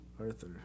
Arthur